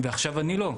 עכשיו אני לא".